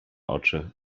oczy